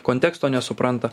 konteksto nesupranta